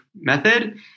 method